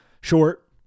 Short